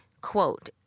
quote